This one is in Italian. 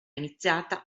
iniziata